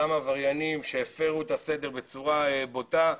אותם עבריינים שהפרו את הסדר בצורה בוטה,